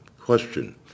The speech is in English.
Question